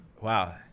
Wow